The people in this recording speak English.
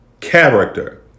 character